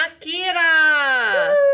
Akira